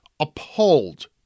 appalled